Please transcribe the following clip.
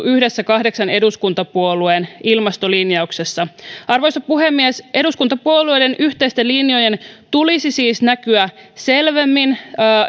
yhdessä sovittu kahdeksan eduskuntapuolueen ilmastolinjauksessa arvoisa puhemies eduskuntapuolueiden yhteisten linjojen tulisi siis näkyä selvemmin